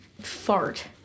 fart